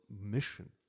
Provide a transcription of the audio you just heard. mission